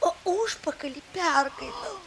o užpakalyje perkaitau